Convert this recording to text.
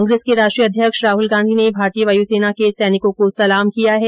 कांग्रेस के राष्ट्रीय अध्यक्ष राहुल गांधी ने भारतीय वायुसेना के सैनिकों को सलाम किया है